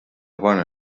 bona